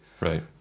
Right